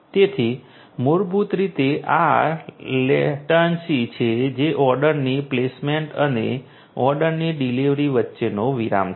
તેથી મૂળભૂત રીતે આ આ લેટન્સી છે જે ઓર્ડરની પ્લેસમેન્ટ અને ઓર્ડરની ડિલિવરી વચ્ચેનો વિરામ છે